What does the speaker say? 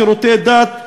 שירותי דת,